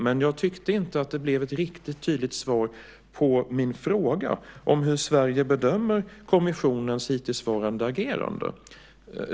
Däremot tyckte jag inte att svaret var riktigt tydligt när det gällde min fråga om hur Sverige bedömer kommissionens hittillsvarande agerande.